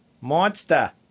Monster